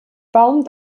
baum